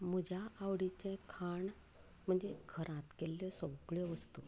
म्हज्या आवडीचें खाण म्हणजें घरांत केल्ल्यो सगळ्यो वस्तू